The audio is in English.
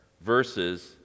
verses